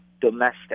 domestic